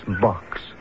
box